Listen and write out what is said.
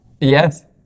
Yes